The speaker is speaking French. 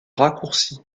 raccourci